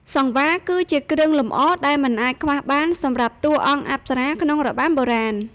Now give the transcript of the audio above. សង្វារគឺជាគ្រឿងលម្អដែលមិនអាចខ្វះបានសម្រាប់តួអង្គអប្សរាក្នុងរបាំបុរាណ។